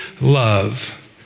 love